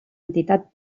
entitat